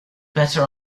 better